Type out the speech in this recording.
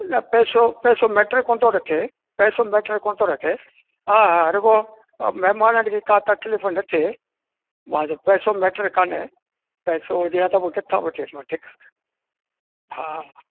न पैसो पैसो मैटर कोन थो रखे पैसो मैटर कोन थो रखे हा हा रुगो महिमान खे का बि तकलीफ़ न थिए मुंहिंजो पैसो मैटर कोन्हे पैसो हुजे आहे त पोइ किथां बि वठी अचूं आं ठीकु आहे हा